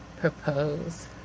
propose